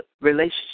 relationship